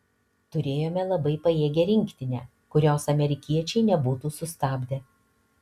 turėjome labai pajėgią rinktinę kurios amerikiečiai nebūtų sustabdę